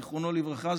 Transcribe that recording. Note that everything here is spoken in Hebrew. זיכרונו לברכה,